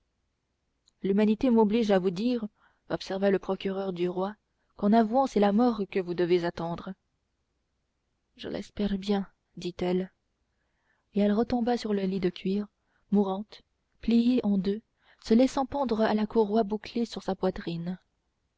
l'humanité m'oblige à vous dire observa le procureur du roi qu'en avouant c'est la mort que vous devez attendre je l'espère bien dit-elle et elle retomba sur le lit de cuir mourante pliée en deux se laissant pendre à la courroie bouclée sur sa poitrine